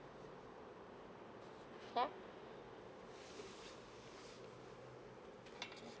ya